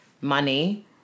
money